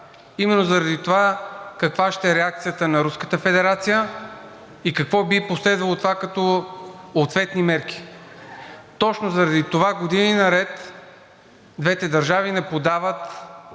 именно заради това каква ще е реакцията на Руската федерация и какво би последвало от това като ответни мерки. Точно заради това години наред двете държави не подават